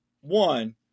One